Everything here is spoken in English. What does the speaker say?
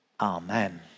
Amen